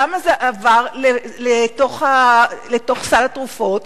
למה זה עבר לתוך סל התרופות,